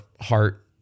heart